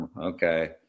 okay